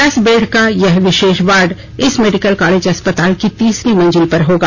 दस बेड का यह विशेष वार्ड इस मेडिकल कालेज अस्पताल की तीसरी मंजिल पर होगा